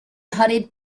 hurried